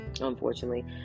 unfortunately